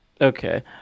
Okay